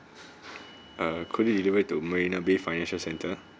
uh could you deliver to marina bay financial centre